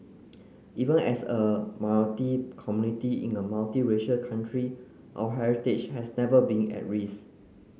even as a minority community in a multiracial country our heritage has never been at risk